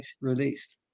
released